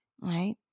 right